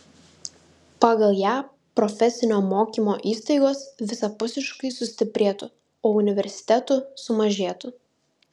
pagal ją profesinio mokymo įstaigos visapusiškai sustiprėtų o universitetų sumažėtų